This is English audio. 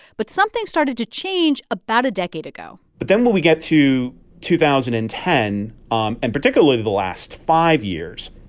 but something started to change about a decade ago but then when we get to two thousand and ten, um and particularly the last five years,